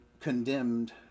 condemned